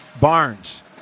Barnes